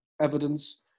evidence